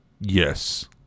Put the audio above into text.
Yes